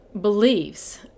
beliefs